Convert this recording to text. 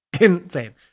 Insane